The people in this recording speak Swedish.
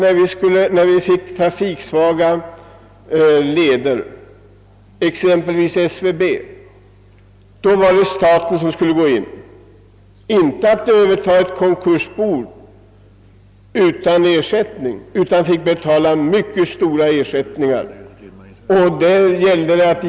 Jo, när staten har måst överta trafiksvaga järnvägsleder, exempelvis SWB, har staten fått lämna stora ersättningsbelopp, trots att det egentligen varit fråga om att överta konkursbon.